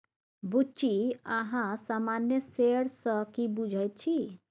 बुच्ची अहाँ सामान्य शेयर सँ की बुझैत छी?